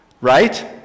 Right